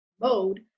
mode